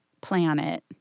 planet